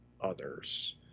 others